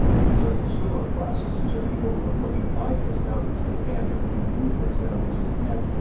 and these are consumer classes. these are people who are looking to buy things now because they can they are looking to move things now because they can.